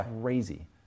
crazy